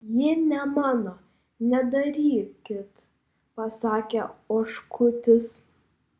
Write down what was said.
ji ne mano nedarykit pasakė oškutis